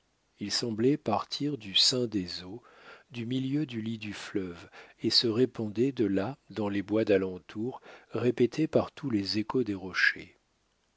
il semblait partir du sein des eaux du milieu du lit du fleuve et se répandait de là dans les bois d'alentour répété par tous les échos des rochers